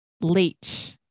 leach